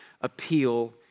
appeal